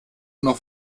noch